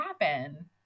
happen